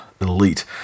Elite